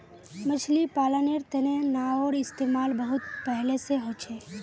मछली पालानेर तने नाओर इस्तेमाल बहुत पहले से होचे